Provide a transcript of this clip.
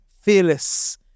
fearless